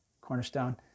Cornerstone